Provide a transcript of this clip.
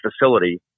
facility